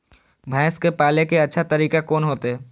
भैंस के पाले के अच्छा तरीका कोन होते?